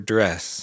Dress